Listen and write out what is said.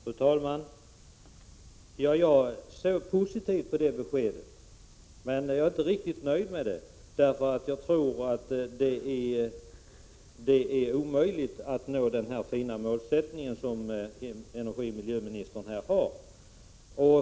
Fru talman! Jag ser positivt på detta besked, men jag är inte riktigt nöjd med det. Jag tror det är omöjligt att nå denna fina målsättning som energioch miljöministern har.